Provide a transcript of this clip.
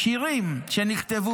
שירים שנכתבו